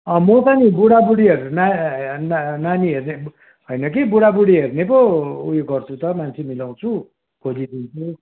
अँ म त नि बुढाबुढीहरू नानी हेर्ने हैन कि बुढाबुढी हेर्ने पो उयो गर्छु त मान्छे मिलाउँछु खोजिदिन्छु